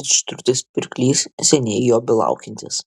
didžturtis pirklys seniai jo belaukiantis